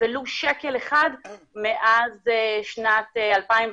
ולו שקל אחד מאז שנת 2016,